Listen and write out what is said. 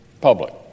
public